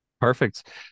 Perfect